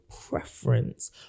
preference